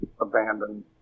abandoned